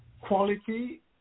quality